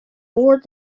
board